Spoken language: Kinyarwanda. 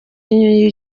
niyo